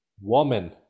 woman